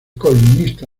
columnista